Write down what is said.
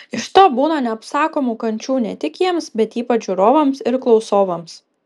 iš to būna neapsakomų kančių ne tik jiems bet ypač žiūrovams ir klausovams